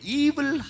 evil